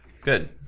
good